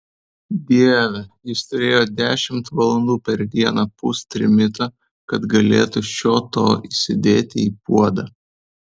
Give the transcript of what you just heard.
dieve jis turėjo dešimt valandų per dieną pūst trimitą kad galėtų šio to įsidėti į puodą